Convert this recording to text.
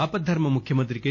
ఆపద్దర్శ ముఖ్యమంత్రి కె